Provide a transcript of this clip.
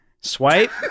Swipe